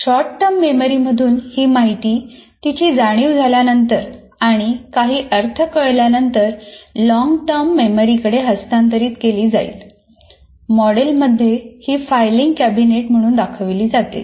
short-term memory मधून ही माहिती तिची जाणीव झाल्यानंतर आणि काही अर्थ कळल्यानंतर लॉन्गटर्म मेमरी कडे हस्तांतरित केली जाईल मॉडेल मध्ये ही फायलिंग कॅबिनेट म्हणून दाखवली आहे